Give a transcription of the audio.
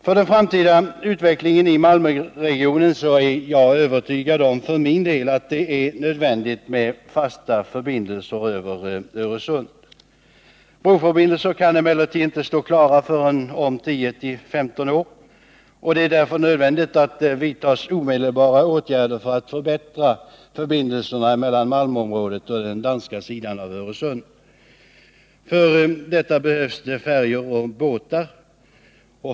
För den framtida utvecklingen av Malmöregionen är jag för min del övertygad om att det är nödvändigt med fasta förbindelser över Öresund. Broförbindelser kan emellertid inte stå klara förrän om 10-15 år. Det är därför nödvändigt att vidta omedelbara åtgärder för att förbättra förbindelserna mellan Malmöområdet och den danska sidan av Öresund. För detta behövs färjor och båtar.